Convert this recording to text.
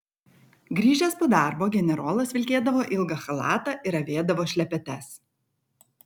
grįžęs po darbo generolas vilkėdavo ilgą chalatą ir avėdavo šlepetes